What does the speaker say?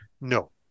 no